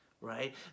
Right